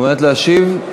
מעוניינת להשיב?